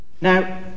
Now